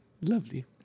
Lovely